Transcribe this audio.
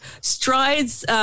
Strides